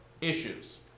issues